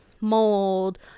mold